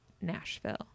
nashville